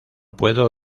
puedo